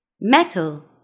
metal